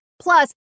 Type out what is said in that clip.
Plus